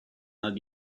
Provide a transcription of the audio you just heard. not